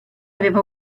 aveva